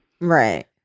Right